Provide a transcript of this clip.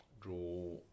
Draw